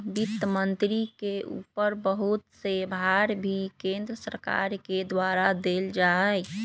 वित्त मन्त्री के ऊपर बहुत से भार भी केन्द्र सरकार के द्वारा देल जा हई